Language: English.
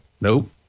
Nope